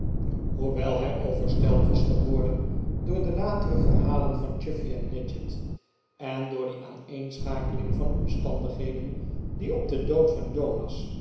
hoewel hij overstelpt was geworden door de latere verhalen van chuffey en nadgett en door die aaneenschakeling van omstandigheden die op den dood van jonas